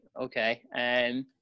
Okay